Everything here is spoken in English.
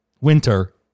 winter